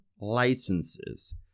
licenses